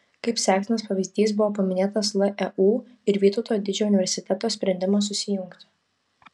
kaip sektinas pavyzdys buvo paminėtas leu ir vytauto didžiojo universiteto sprendimas susijungti